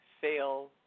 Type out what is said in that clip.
fail